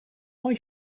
why